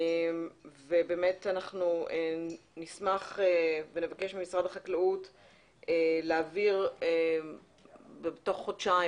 נשמח לבקש ממשרד החקלאות להבהיר תוך חודשיים